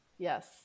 Yes